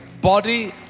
body